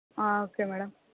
okay madam